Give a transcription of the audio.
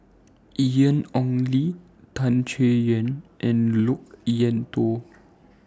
Ian Ong Li Tan Chay Yan and Loke Wan Tho